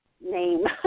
name